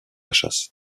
chasse